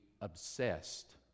obsessed